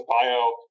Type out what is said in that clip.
Bio